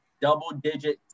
double-digit